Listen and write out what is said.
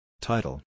Title